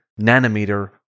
nanometer